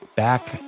Back